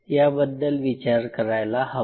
याबद्दल विचार करायला हवा